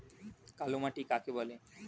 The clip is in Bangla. কালোমাটি কাকে বলে?